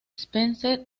spencer